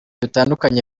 bitandukanye